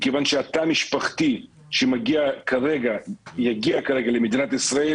מכיוון שהתא המשפחתי שיגיע כרגע למדינת ישראל